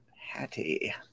hattie